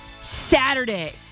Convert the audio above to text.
Saturday